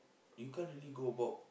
you can't really go about